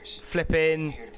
flipping